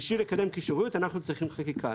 ובשביל לקדם קישוריות אנחנו צריכים חקיקה.